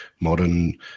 modern